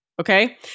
okay